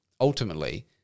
ultimately